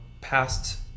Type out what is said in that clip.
past